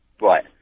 Right